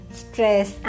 stress